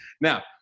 Now